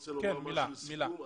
רוצה לומר מילת סיכום?